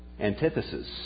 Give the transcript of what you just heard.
Antithesis